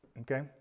Okay